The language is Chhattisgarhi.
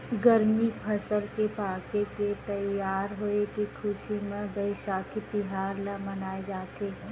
गरमी फसल के पाके के तइयार होए के खुसी म बइसाखी तिहार ल मनाए जाथे